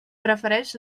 prefereix